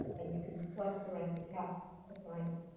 and you can flex around the task assignment.